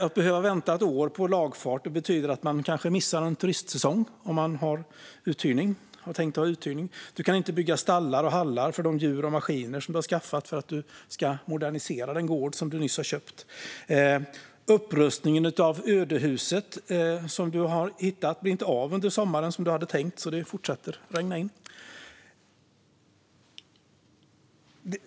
Att behöva vänta ett år på lagfart betyder att man kanske missar en turistsäsong om man har tänkt ha uthyrning. Du kan inte bygga stall och hallar för de djur och maskiner som du har skaffat när du ska modernisera den gård som du nyss har köpt. Upprustningen av ödehuset, som du har hittat, blir inte av under sommaren som du hade tänkt. Därför fortsätter det att regna in.